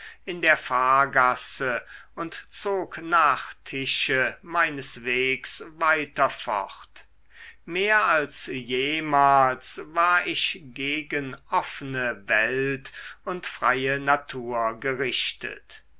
in der fahrgasse und zog nach tische meines wegs weiter fort mehr als jemals war ich gegen offene welt und freie natur gerichtet